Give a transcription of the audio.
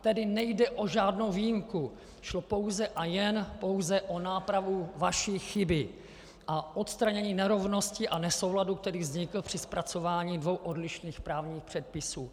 Tady nejde o žádnou výjimku, šlo pouze a jen o nápravu vaší chyby a odstranění nerovnosti a nesouladu, který vznikl při zpracování dvou odlišných právních předpisů.